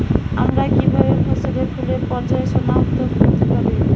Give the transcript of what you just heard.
আমরা কিভাবে ফসলে ফুলের পর্যায় সনাক্ত করতে পারি?